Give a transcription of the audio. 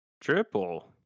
Triple